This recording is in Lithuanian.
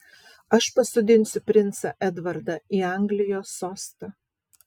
aš pasodinsiu princą edvardą į anglijos sostą